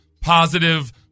positive